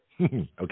Okay